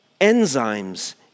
enzymes